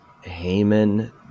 Haman